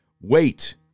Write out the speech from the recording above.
Wait